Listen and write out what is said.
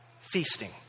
feasting